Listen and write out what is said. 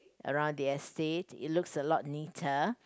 around the estate it looks a lot neater